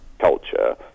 culture